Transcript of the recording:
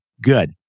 Good